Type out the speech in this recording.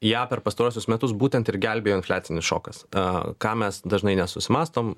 ją per pastaruosius metus būtent ir gelbėjo infliacinis šokas a ką mes dažnai nesusimąstom